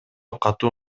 катуу